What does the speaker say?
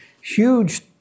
huge